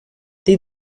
les